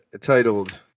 titled